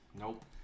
Nope